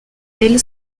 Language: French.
elle